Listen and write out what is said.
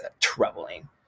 troubling